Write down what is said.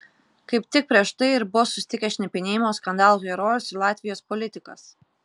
kaip tik prieš tai ir buvo susitikę šnipinėjimo skandalų herojus ir latvijos politikas